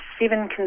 seven